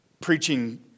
preaching